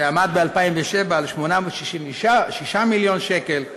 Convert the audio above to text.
שעמד ב-2007 על 866 מיליון שקל,